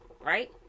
Right